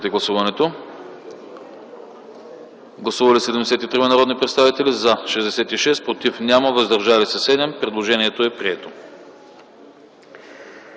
подкрепя. Гласували 78 народни представители: за 70, против няма, въздържали се 8. Предложението е прието.